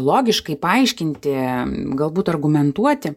logiškai paaiškinti galbūt argumentuoti